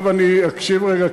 עכשיו אני אקשיב רגע,